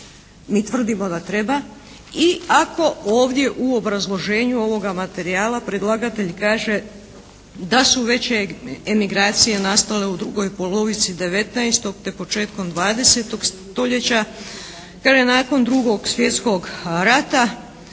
Mi tvrdimo da treba. I ako ovdje u obrazloženju ovoga materijala predlagatelj kaže da su veće emigracije nastale u drugoj polovici 19. te početkom 20. stoljeća, kaže nakon Drugog svjetskog rata,